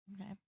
okay